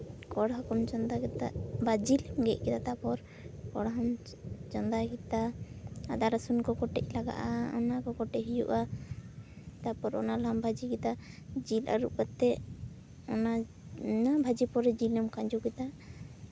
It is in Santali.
ᱠᱚᱲᱦᱟ ᱠᱚᱢ ᱪᱚᱱᱫᱟ ᱠᱮᱫᱟ ᱵᱟ ᱡᱤᱞ ᱮᱢ ᱜᱮᱛ ᱠᱮᱫᱟ ᱛᱟᱨᱯᱚᱨ ᱠᱚᱲᱦᱟᱢ ᱪᱚᱱᱫᱟ ᱠᱮᱫᱟ ᱟᱫᱟ ᱨᱚᱥᱩᱱ ᱠᱚ ᱠᱚᱴᱮᱡ ᱞᱟᱜᱟᱜᱼᱟ ᱚᱱᱟᱠᱚ ᱠᱚᱴᱮᱡ ᱦᱩᱭᱩᱜᱼᱟ ᱛᱟᱨᱯᱚᱨ ᱚᱱᱟ ᱞᱟᱦᱟᱢ ᱵᱷᱟᱹᱡᱤ ᱠᱮᱫᱟ ᱡᱤᱞ ᱟᱹᱨᱩᱵ ᱠᱟᱛᱮ ᱚᱱᱟ ᱵᱷᱟᱹᱡᱤ ᱯᱚᱨᱮ ᱡᱤᱞ ᱮᱢ ᱠᱷᱟᱡᱚ ᱠᱮᱫᱟ